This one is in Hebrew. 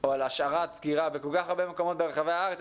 או על השארת סגירה בכל כך הרבה מקומות ברחבי הארץ,